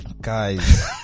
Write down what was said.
guys